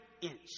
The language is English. inch